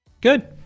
Good